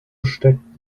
steckt